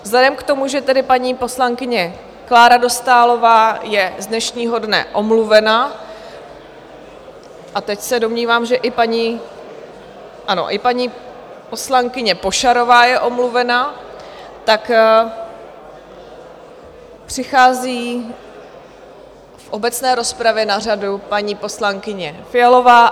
Vzhledem k tomu, že tedy paní poslankyně Klára Dostálová je z dnešního dne omluvena, a teď se domnívám, že i paní, ano, i paní poslankyně Pošarová je omluvena, přichází v obecné rozpravě na řadu paní poslankyně Fialová.